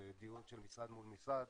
בדיון של משרד מול משרד,